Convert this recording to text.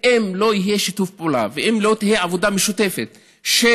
אם לא יהיה שיתוף פעולה ואם לא תהיה עבודה משותפת של